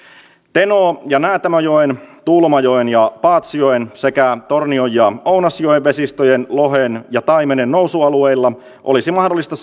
teno ja näätämöjoen tuulomajoen ja paatsjoen sekä tornion ja ounasjoen vesistöjen lohen ja taimenen nousualueilla olisi mahdollista